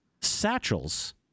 satchels